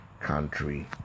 country